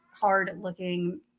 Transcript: hard-looking